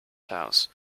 house